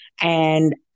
and-